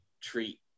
treat